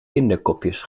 kinderkopjes